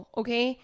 okay